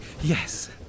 yes